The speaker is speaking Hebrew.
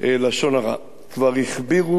כבר הכבירו חז"ל,